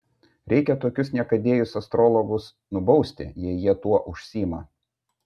reikia tokius niekadėjus astrologus nubausti jei jie tuo užsiima